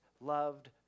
loved